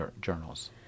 journals